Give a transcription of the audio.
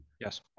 yes